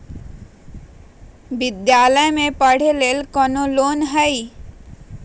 विद्यालय में पढ़े लेल कौनो लोन हई?